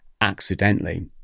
accidentally